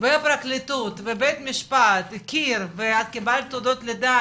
והפרקליטות ובית משפט הכיר ואת קיבלת תעודות לידה,